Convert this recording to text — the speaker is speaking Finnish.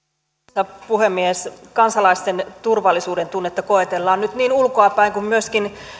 arvoisa puhemies kansalaisten turvallisuudentunnetta koetellaan nyt niin ulkoapäin kuin myöskin